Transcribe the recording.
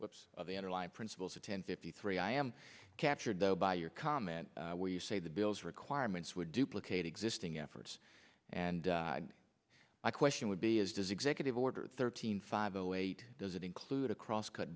what's the underlying principles of ten fifty three i am captured though by your comment where you say the bills requirements would duplicate existing efforts and my question would be is does executive order thirteen five o eight does it include a cross cut